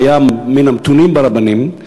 שהיה מן המתונים ברבנים.